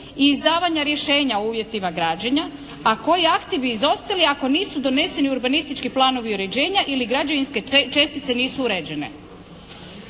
i izdavanja rješenja u uvjetima građenja, a koji akti bi izostali ako nisu doneseni urbanistički planovi uređenja ili građevinske čestice nisu uređene.